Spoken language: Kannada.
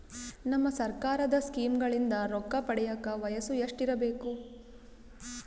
ನಮ್ಮ ಸರ್ಕಾರದ ಸ್ಕೀಮ್ಗಳಿಂದ ರೊಕ್ಕ ಪಡಿಯಕ ವಯಸ್ಸು ಎಷ್ಟಿರಬೇಕು?